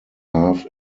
half